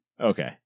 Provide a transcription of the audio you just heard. Okay